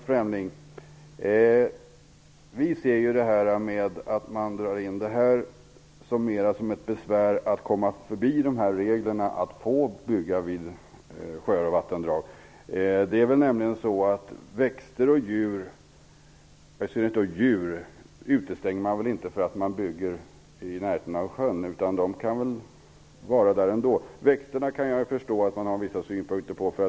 Fru talman! Att dra in detta ser vi mer som ett besvär att komma förbi reglerna att få bygga vid sjöar och vattendrag. Man utestänger väl inte växter och djur, i synnerhet inte djur, för att man bygger i närheten av sjön. De kan väl vara där ändå. Jag kan förstå att det finns vissa synpunkter på växterna.